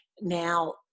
now